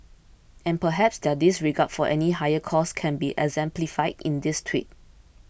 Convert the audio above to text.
and perhaps their disregard for any higher cause can be exemplified in this tweet